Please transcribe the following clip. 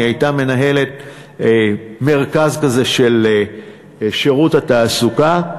היא הייתה מנהלת מרכז כזה של שירות התעסוקה,